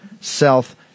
Self